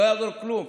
לא יעזור כלום.